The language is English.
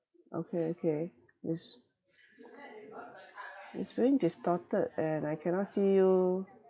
okay okay this it's very distorted and I cannot see you